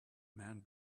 man